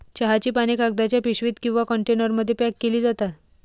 चहाची पाने कागदाच्या पिशवीत किंवा कंटेनरमध्ये पॅक केली जातात